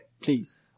please